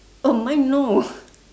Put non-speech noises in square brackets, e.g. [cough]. oh mine no [laughs]